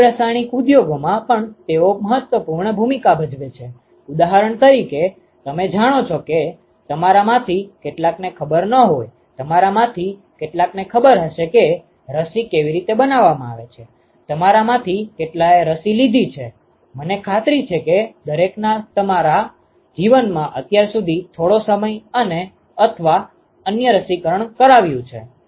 જીવરાસાયણિક ઉદ્યોગોમાં પણ તેઓ મજબૂત ભૂમિકા ભજવે છે ઉદાહરણ તરીકે તમે જાણો છો કે તમારામાંથી કેટલાકને ખબર ન હોય તમારામાંથી કેટલાકને ખબર હશે કે રસી કેવી રીતે બનાવવામાં આવે છે તમારામાંથી કેટલાએ રસી લીધી છે મને ખાતરી છે કે દરેકને તમારા જીવનમાં અત્યાર સુધી થોડો સમય અથવા અન્ય રસીકરણ કરાવ્યું છે